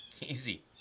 Easy